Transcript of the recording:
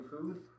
food